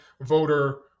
voter